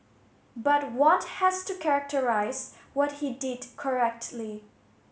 but one has to characterise what he did correctly